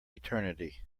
eternity